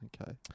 Okay